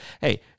Hey